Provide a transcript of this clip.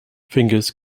fingers